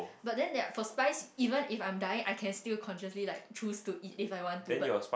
but then that for spice even if I'm dying I can still consciously like choose to eat if I want to but